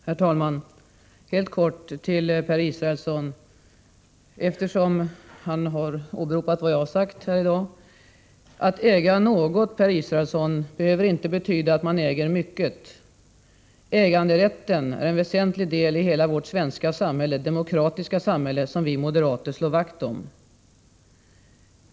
Herr talman! Helt kort till Per Israelsson, eftersom han har åberopat vad jag har sagt här i dag: Att äga något, Per Israelsson, behöver inte betyda att man äger mycket. Äganderätten är en väsentlig del i vårt demokratiska — Nr 145 svenska samhälle, som vi moderater slår vakt om.